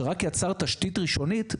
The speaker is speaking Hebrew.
שרק יצר תשתית ראשונית,